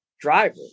driver